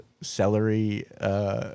celery